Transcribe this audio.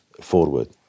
forward